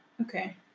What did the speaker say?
okay